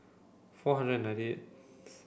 four hundred and ninety eighth